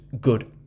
good